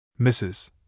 Mrs